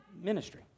ministry